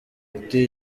ati